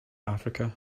africa